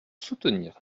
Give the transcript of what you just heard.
soutenir